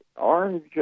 orange